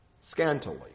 scantily